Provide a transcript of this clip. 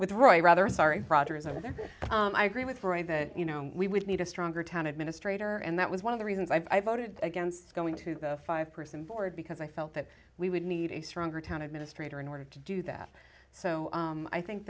with roy rather sorry roger is over there i agree with roy that you know we would need a stronger town administrator and that was one of the reasons i voted against going to the five person board because i felt that we would need a stronger town administrator in order to do that so i think